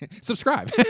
subscribe